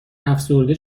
افسرده